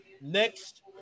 Next